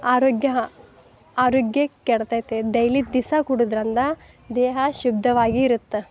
ಆರೋಗ್ಯ ಆರೋಗ್ಯ ಕೆಡ್ತೈತೆ ಡೈಲಿ ದಿಸಾ ಕುಡುದ್ರಿಂದ ದೇಹ ಶುದ್ಧವಾಗಿ ಇರುತ್ತೆ